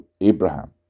Abraham